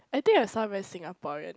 I think I sound very Singaporean